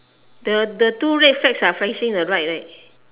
the the two red flags are facing the right right